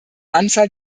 anzahl